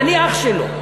אני אח שלו.